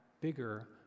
bigger